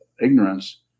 ignorance